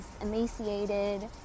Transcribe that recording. emaciated